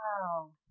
Wow